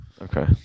Okay